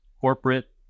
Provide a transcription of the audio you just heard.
corporate